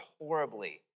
horribly